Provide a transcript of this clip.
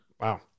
Wow